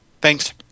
Thanks